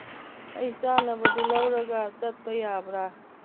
ꯑꯩ ꯆꯥꯅꯕꯗꯨ ꯂꯧꯔꯒ ꯆꯠꯄ ꯌꯥꯕ꯭ꯔꯥ